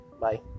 Bye